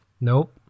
Nope